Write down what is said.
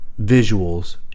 visuals